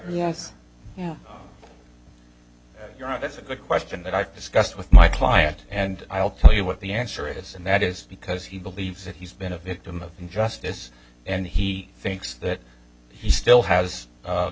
right that's a good question that i discussed with my client and i'll tell you what the answer is and that is because he believes that he's been a victim of injustice and he thinks that he still has